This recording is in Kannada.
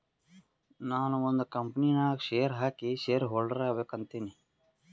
ನಾನು ಒಂದ್ ಕಂಪನಿ ನಾಗ್ ಶೇರ್ ಹಾಕಿ ಶೇರ್ ಹೋಲ್ಡರ್ ಆಗ್ಬೇಕ ಅಂತೀನಿ